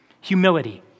humility